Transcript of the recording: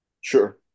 sure